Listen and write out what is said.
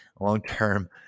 long-term